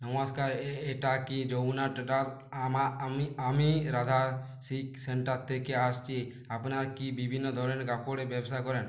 নমস্কার এ এটা কি যমুনা ট্রেডার্স আমা আমি আমি রাধা সিক সেন্টার থেকে আসছি আপনারা কি বিভিন্ন ধরনের কাপড়ের ব্যবসা করেন